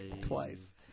twice